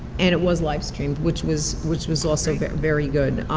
and it was live streamed, which was which was also very good.